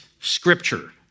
Scripture